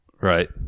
Right